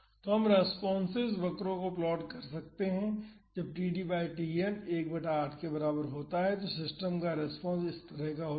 तो हम रेस्पॉन्सेस वक्रों को प्लॉट कर सकते हैं जब td बाई Tn 1 बटा 8 के बराबर होता है तो सिस्टम का रेस्पॉन्स इस तरह का होता है